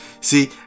See